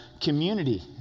community